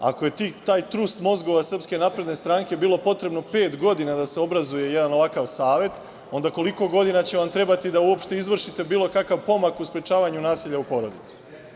Ako je tom trustu mozgova Srpske napredne stranke bilo potrebno pet godina da se obrazuje jedan ovakav Savet, onda koliko godina će vam trebati da uopšte izvršite bilo kakav pomak u sprečavanju nasilja u porodici?